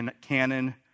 canon